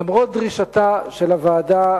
למרות דרישתה של הוועדה,